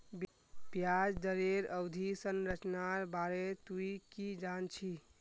ब्याज दरेर अवधि संरचनार बारे तुइ की जान छि